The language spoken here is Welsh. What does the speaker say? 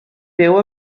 byw